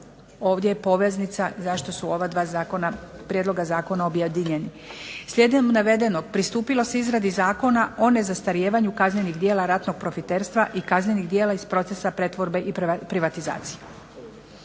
Ovdje je poveznica zašto su ova dva prijedloga zakona objedinjeni. Slijedom navedenog pristupilo se izradi Zakona o nezastarijevanju kaznenih djela ratnog profiterstva i kaznenih djela iz procesa pretvorbe i privatizacije.